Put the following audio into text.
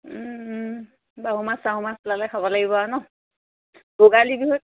বাহু মাছ চাহু মাছ ওলালে খাব লাগিব আৰু ন ভোগালী বিহুত